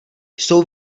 jsou